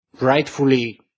rightfully